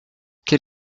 quel